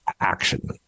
action